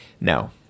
no